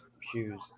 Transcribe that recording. shoes